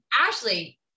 Ashley